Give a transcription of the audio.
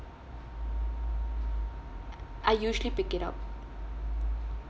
I usually pick it up